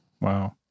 Wow